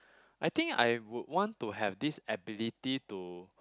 I think I would want to have this ability to